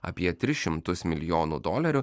apie tris šimtus milijonų dolerių